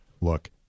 look